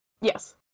yes